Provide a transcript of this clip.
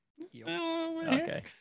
Okay